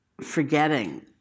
forgetting